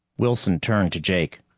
wilson turned to jake.